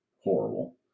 horrible